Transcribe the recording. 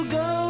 go